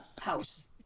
house